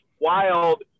wild